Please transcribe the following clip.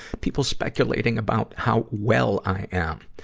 people speculating about how well i am.